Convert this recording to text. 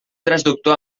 transductor